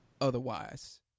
otherwise